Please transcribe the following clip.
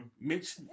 Mitch